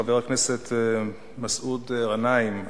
חבר הכנסת מסעוד גנאים.